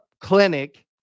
clinic